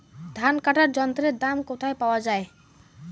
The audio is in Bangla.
ধান কাটার যন্ত্রের দাম কোথায় পাওয়া যায়?